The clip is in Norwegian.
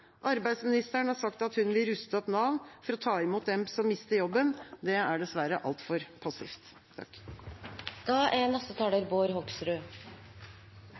Arbeidsministeren har sagt hun vil ruste opp Nav for å ta imot dem som mister jobben. Det er dessverre altfor passivt. Dette er